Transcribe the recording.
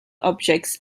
objects